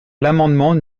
l’amendement